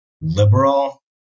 liberal